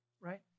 right